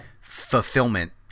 fulfillment